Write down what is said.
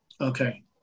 okay